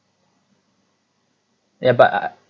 yeah but ah ah